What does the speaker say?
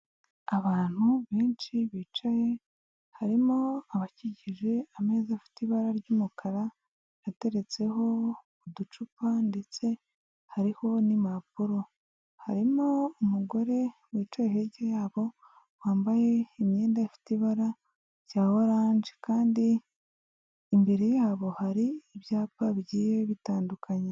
Abantu benshi bicaye, harimo abakikije ameza afite ibara ry'umukara, ateretseho uducupa ndetse hariho n'impapuro. Harimo umugore wicaye hirya yabo wambaye imyenda ifite ibara rya orange kandi imbere yabo hari ibyapa bigiye bitandukanye.